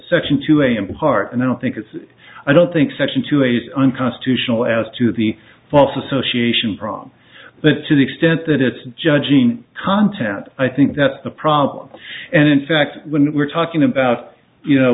section two a in part and i don't think it's i don't think section two a unconstitutional as to the false association problem that to the extent that it's judging content i think that's the problem and in fact when we're talking about you know